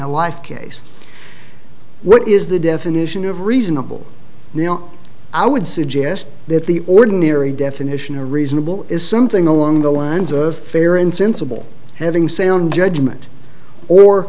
a life case what is the definition of reasonable i would suggest that the ordinary definition of reasonable is something along the lines of fair insensible having sound judgment or